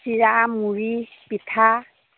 চিৰা মুড়ি পিঠা